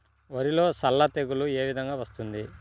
వరిలో సల్ల తెగులు ఏ విధంగా వస్తుంది?